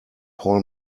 paul